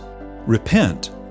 Repent